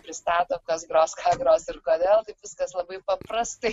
pristato kas gros ką gros ir kodėl taip viskas labai paprastai